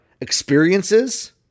experiences